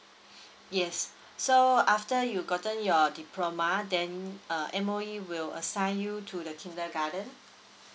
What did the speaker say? yes so after you gotten your diploma then uh M_O_E will assign you to the kindergarten